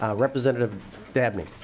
representative davnie.